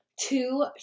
two